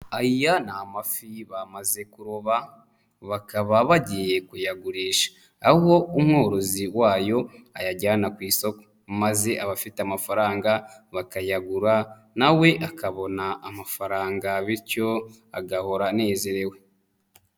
Aya ni amafi bamaze kuroba, bakaba bagiye kuyagurisha. Aho umworozi wayo ayajyana ku isoko maze abafite amafaranga, bakayagura na we akabona amafaranga, bityo agahora anezerewe.